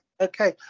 Okay